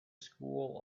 school